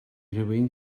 rywun